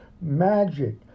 magic